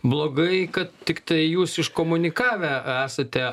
blogai kad tiktai jūs iškomunikavę esate